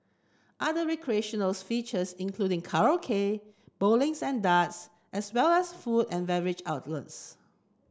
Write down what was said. other recreational features include karaoke bowling and darts as well as food and beverage outlets